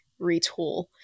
retool